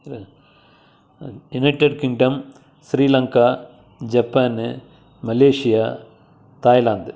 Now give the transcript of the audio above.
United Kingdom Sri Lanka Japan Malaysia Thailand